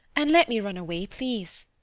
and let me run away, please.